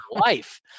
life